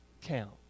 count